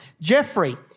Jeffrey